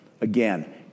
Again